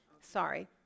Sorry